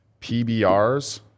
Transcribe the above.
PBRs